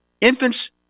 infants